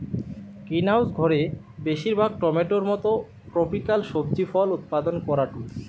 greenhouse ঘরে বেশিরভাগ টমেটোর মতো ট্রপিকাল সবজি ফল উৎপাদন করাঢু